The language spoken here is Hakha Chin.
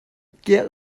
kiak